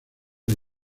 las